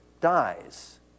dies